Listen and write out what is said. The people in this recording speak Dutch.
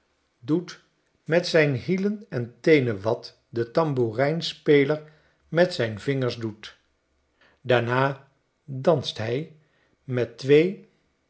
doet met zijn hielen enteenenwat de tamboerijn speler met zijn vingers doet daarna danst hij met twee